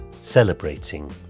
celebrating